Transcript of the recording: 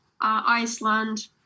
Iceland